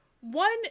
One